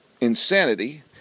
insanity